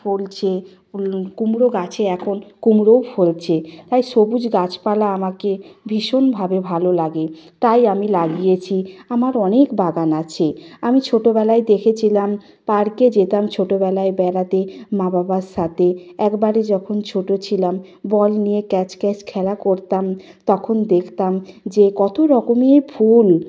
ফলছে কুমড়ো গাছে এখন কুমড়োও ফলছে তাই সবুজ গাছপালা আমাকে ভীষণভাবে ভালো লাগে তাই আমি লাগিয়েছি আমার অনেক বাগান আছে আমি ছোটবেলায় দেখেছিলাম পার্কে যেতাম ছোটবেলায় বেড়াতে মা বাবার সাথে একবারে যখন ছোট ছিলাম বল নিয়ে ক্যাচ ক্যাচ খেলা করতাম তখন দেখতাম যে কত রকমের ফুল